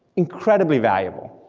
incredibly valuable,